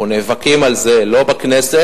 אנחנו נאבקים על זה לא בכנסת,